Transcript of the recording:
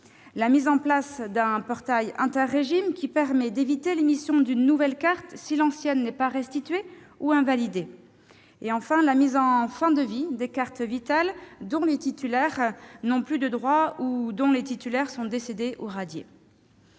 la mise en place d'un portail interrégimes, qui permet d'éviter l'émission d'une nouvelle carte si l'ancienne n'a pas été restituée ou invalidée ; enfin, la mise en fin de vie des cartes Vitale dont les titulaires n'ont plus de droits, sont décédés ou radiés.